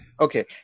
okay